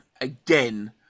again